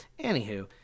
Anywho